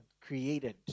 created